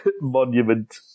Monument